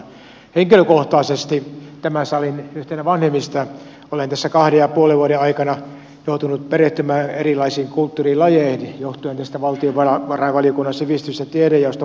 henkilökohtaisesti yhtenä tämän salin vanhimmista olen tässä kahden ja puolen vuoden aikana joutunut perehtymään erilaisiin kulttuurilajeihin johtuen tästä valtiovarainvaliokunnan sivistys ja tiedejaoston puheenjohtajuudesta